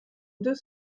deux